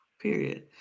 Period